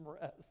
rest